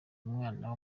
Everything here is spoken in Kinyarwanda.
umwana